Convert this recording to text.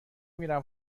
میرم